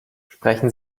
sprechen